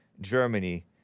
Germany